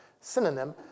synonym